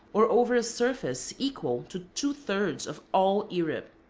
or over a surface equal to two thirds of all europe.